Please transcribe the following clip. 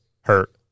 hurt